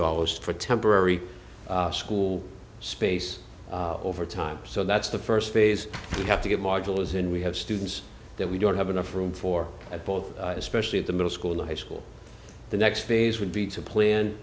dollars to temporary school space over time so that's the first phase we have to get modulus in we have students that we don't have enough room for at both especially at the middle school and high school the next phase would be to plan